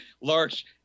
large